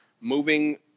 moving